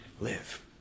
live